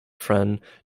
friend